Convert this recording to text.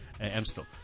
Amstel